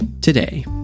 Today